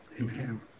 amen